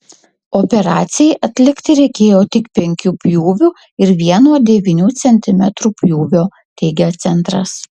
operacijai atlikti reikėjo tik penkių pjūvių ir vieno devynių centimetrų pjūvio teigia centras